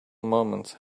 moment